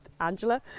Angela